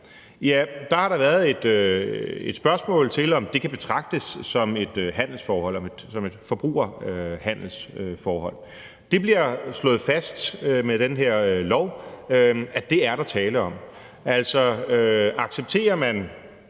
har der været et spørgsmål til, om det kan betragtes som et forbrugerhandelsforhold. Det bliver slået fast med den her lov, at det er der tale om. Altså, accepterer man